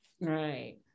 right